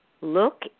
Look